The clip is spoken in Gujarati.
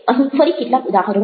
અહીં ફરી કેટલાક ઉદાહરણો છે